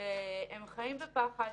שהם חיים בפחד